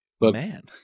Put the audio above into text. man